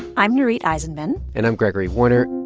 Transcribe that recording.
i'm nurith aizenman and i'm gregory warner.